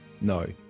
no